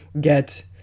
get